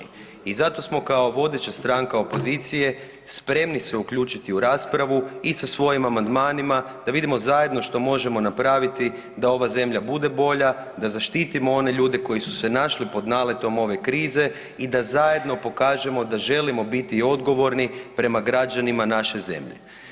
I zato smo kao vodeća stranka opozicije spremni se uključiti u raspravu i sa svojim amandmanima da vidimo zajedno što možemo napraviti da ova zemlja bude bolja da zaštitimo one ljude koji su se našli pod naletom ove krize i da zajedno pokažemo da želimo biti odgovorni prema građanima naše zemlje.